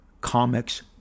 comics